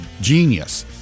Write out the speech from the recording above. Genius